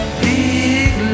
big